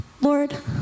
Lord